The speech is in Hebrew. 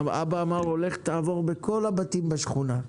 האבא אמר לו: לך תעבור בכל הבתים בשכונה.